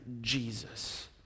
Jesus